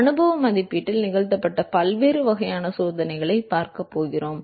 அனுபவ மதிப்பீட்டில் நிகழ்த்தப்பட்ட பல்வேறு வகையான சோதனைகளைப் பார்க்கப் போகிறோம்